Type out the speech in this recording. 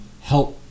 help